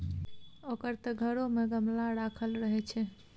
ओकर त घरो मे गमला राखल रहय छै